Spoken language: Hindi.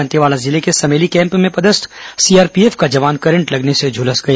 दंतेवाड़ा जिले के समेली कैम्प में पदस्थ सीआरपीएफ का जवान करंट लगने से झूलस गया